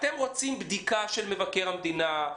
אתם רוצים בדיקה של מבקר המדינה,